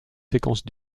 séquences